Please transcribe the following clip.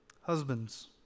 Husbands